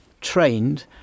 trained